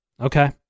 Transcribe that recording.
Okay